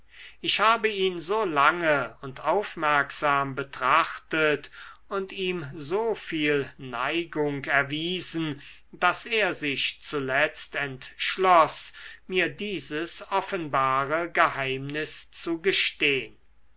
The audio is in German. ich habe ihn so lange und aufmerksam betrachtet und ihm so viel neigung erwiesen daß er sich zuletzt entschloß mir dieses offenbare geheimnis zu gestehn